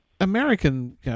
American